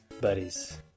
buddies